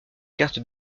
cartes